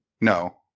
No